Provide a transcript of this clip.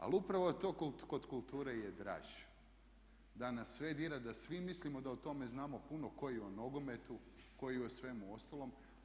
Ali upravo to je kod kulture i draž, da nas sve dira, da svi mislimo da o tome znamo puno kao i o nogometu, kao i o svemu ostalome.